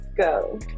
go